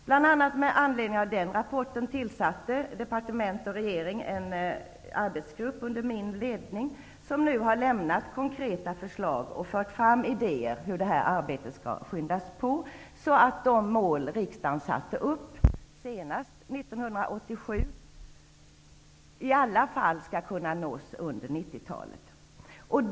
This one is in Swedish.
Bl.a. med anledning av denna rapport tillsatte regeringen en arbetsgrupp under min ledning, som nu har överlämnat konkreta förslag och fört fram idéer om hur detta arbete skall påskyndas, så att de mål som riksdagen satte upp, senast 1987, i alla fall skall kunna uppnås under 90-talet.